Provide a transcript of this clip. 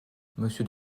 monsieur